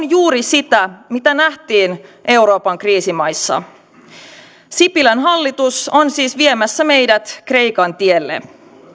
juuri sitä mitä nähtiin euroopan kriisimaissa sipilän hallitus on siis viemässä meidät kreikan tielle